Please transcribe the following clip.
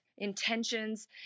intentions